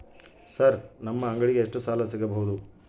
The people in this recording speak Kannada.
ಸರ್ ನಮ್ಮ ಅಂಗಡಿಗೆ ಎಷ್ಟು ಸಾಲ ಸಿಗಬಹುದು?